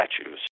statues